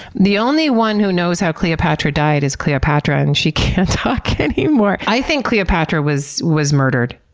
the only one who knows how cleopatra died is cleopatra and she can't talk anymore. i think cleopatra was was murdered.